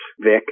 Vic